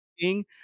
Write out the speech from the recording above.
King